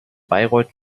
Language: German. bayreuth